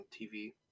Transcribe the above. TV